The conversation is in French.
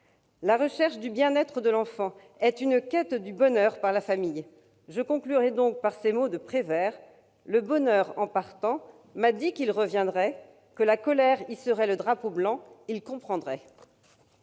La recherche du bien-être de l'enfant est une quête du bonheur par la famille. Je conclurai donc par ces mots de Jacques Prévert :« Le bonheur, en partant, m'a dit qu'il reviendrait ... Que quand la colère hisserait le drapeau blanc, il comprendrait